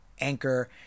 Anchor